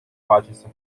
parçası